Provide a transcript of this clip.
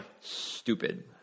Stupid